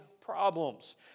problems